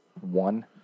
one